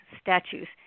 statues